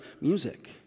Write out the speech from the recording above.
music